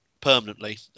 permanently